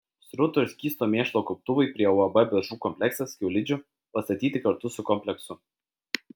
srutų ir skysto mėšlo kauptuvai prie uab beržų kompleksas kiaulidžių pastatyti kartu su kompleksu